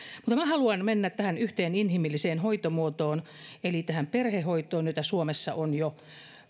mutta minä haluan mennä tähän yhteen inhimilliseen hoitomuotoon eli tähän perhehoitoon jota suomessa on jo